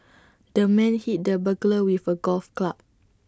the man hit the burglar with A golf club